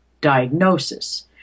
diagnosis